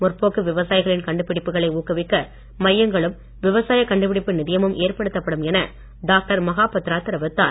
முற்போக்கு விவசாயிகளின் கண்டுபிடிப்புகளை ஊக்குவிக்க மையங்களும் விவசாய கண்டுபிடிப்பு நிதியமும் ஏற்படுத்தப்படும் என டாக்டர் மஹாபத்திரா தெரிவித்தார்